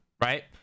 right